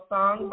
Song